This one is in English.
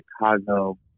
Chicago